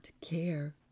care